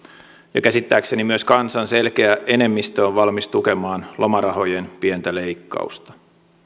ja käsittääkseni myös kansan selkeä enemmistö on valmis tukemaan lomarahojen pientä leikkausta